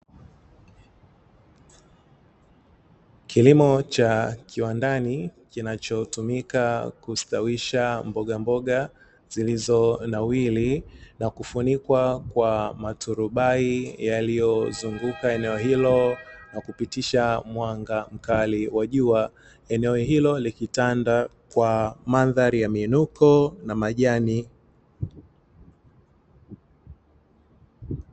Kilimo cha kiwandani kinachotumika kustawisha mbogamboga zilizonawiri na kufunikwa kwa maturubai yaliyozunguka eneo hilo na kupitisha mwanga mkali wa jua, eneo hilo likitanda kwa mandhari ya muinuko na majani.